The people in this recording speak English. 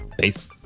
Peace